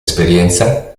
esperienza